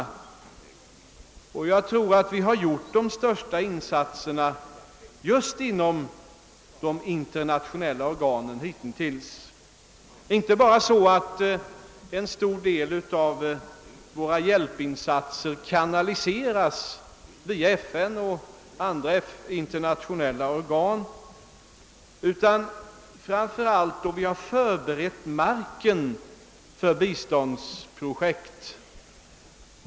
Jag tror också att vi hitintills har gjort de största insatserna just inom de internationella organen, inte bara så att en stor del av våra hjälpinsatser kanaliseras via FN och andra interna tionella organ utan framför allt genom att vi förberett marken för biståndsprojekt.